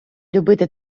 любити